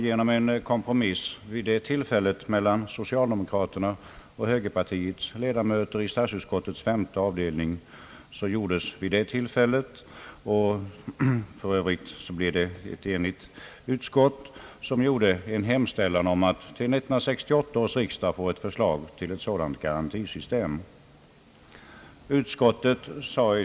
Genom en kompromiss mellan socialdemokraternas och högerpartiets ledamöter i statsutskottets femte avdelning gjordes vid det tillfället — för övrigt av ett enigt utskott — en hemställan om att till 1968 års riksdag få ett förslag till sådant garantisystem.